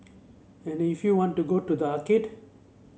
and if you want to go to the arcade